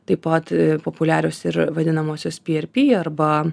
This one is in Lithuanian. taip pat populiarios ir vadinamosios py er py arba